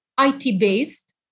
IT-based